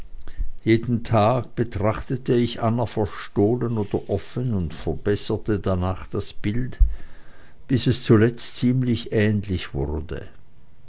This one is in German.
jeden tag betrachtete ich anna verstohlen oder offen und verbesserte danach das bild bis es zuletzt ziemlich ähnlich wurde